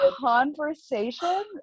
conversation